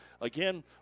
Again